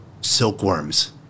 silkworms